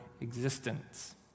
existence